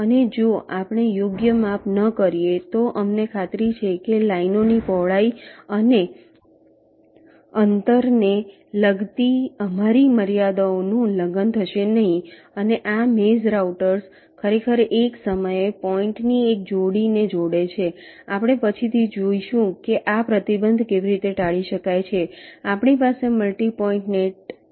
અને જો આપણે યોગ્ય માપન કરીએ તો અમને ખાતરી છે કે લાઈનોની પહોળાઈ અને અંતરને લગતી અમારી મર્યાદાઓનું ઉલ્લંઘન થશે નહીં અને આ મેઝ રાઉટર્સ ખરેખર એક સમયે પોઈન્ટની એક જોડીને જોડે છે આપણે પછી થી જોઈશું કે આ પ્રતિબંધ કેવી રીતે ટાળી શકાય છે આપણી પાસે મલ્ટી પોઈન્ટ નેટ પણ હોઈ શકે છે